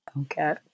Okay